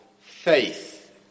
faith